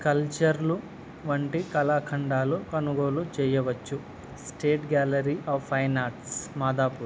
కల్చర్లు వంటి కళాఖండాలు కొనుగోలు చేయవచ్చు state gallery of fine arts Madhapur